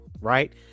right